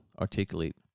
articulate